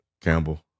campbell